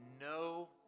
no